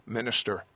minister